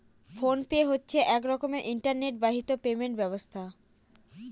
phone pay হচ্ছে এক রকমের ইন্টারনেট বাহিত পেমেন্ট ব্যবস্থা